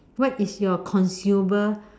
what is your consumable